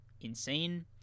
insane –